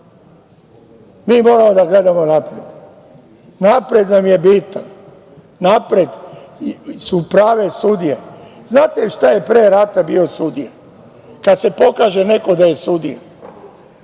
Mi moramo da gledamo napred. Napred nam je bitno, napred su prave sudije. Znate li šta je pre rata bio sudija, kad se pokaže neko da je sudija?